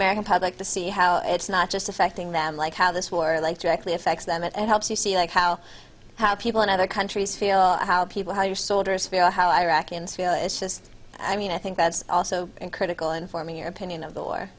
american public to see how it's not just affecting them like how this war like directly affects them it helps you see like how how people in other countries feel how people how your soldiers feel how iraqi it's just i mean i think that's also critical in forming your opinion of the war